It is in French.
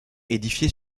édifiée